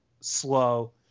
slow